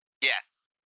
Yes